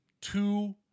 two